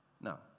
No